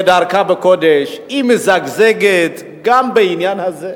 כדרכה בקודש, מזגזגת גם בעניין הזה.